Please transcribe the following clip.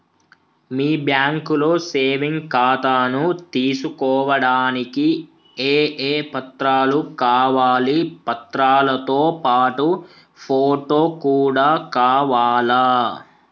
మీ బ్యాంకులో సేవింగ్ ఖాతాను తీసుకోవడానికి ఏ ఏ పత్రాలు కావాలి పత్రాలతో పాటు ఫోటో కూడా కావాలా?